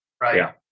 right